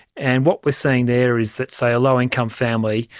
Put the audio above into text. and what we're seeing there is that, say, a low income family,